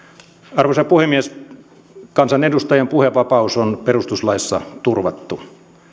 arvoisa puhemies kansanedustajan puhevapaus on perustuslaissa turvattu